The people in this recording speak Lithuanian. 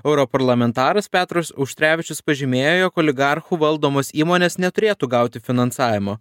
europarlamentaras petras auštrevičius pažymėjo jog oligarchų valdomos įmonės neturėtų gauti finansavimo